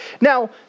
Now